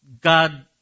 God